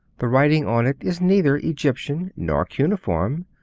the writing on it is neither egyptian nor cuneiform,